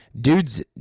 dude's